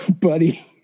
buddy